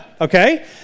okay